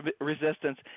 resistance